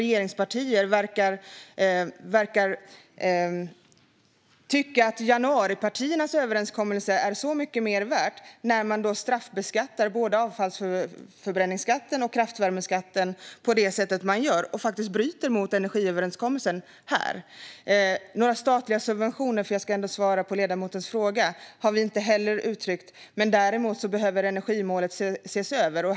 Regeringspartierna verkar också tycka att januaripartiernas överenskommelse är mycket mer värd. Där straffbeskattar man både avfallsförbränningen och kraftvärmen, och man bryter faktiskt mot energiöverenskommelsen. Jag ska ändå svara på ledamotens fråga. Några statliga subventioner har vi inte talat om, men däremot behöver energimålet ses över.